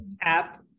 app